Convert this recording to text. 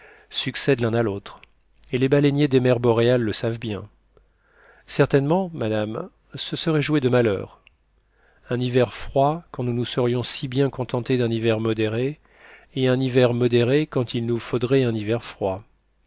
succèdent l'un à l'autre et les baleiniers des mers boréales le savent bien certainement madame ce serait jouer de malheur un hiver froid quand nous nous serions si bien contentés d'un hiver modéré et un hiver modéré quand il nous faudrait un hiver froid